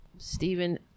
Stephen